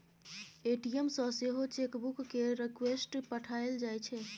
ATM सँ सेहो chequebook केर रिक्वेस्ट पठाएल जाइ छै